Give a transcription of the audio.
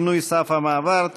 שינוי סף המעבר),